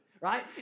Right